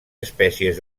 espècies